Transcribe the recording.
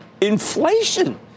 inflation